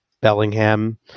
Bellingham